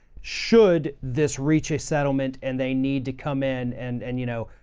should this reach a settlement and they need to come in and, and you know,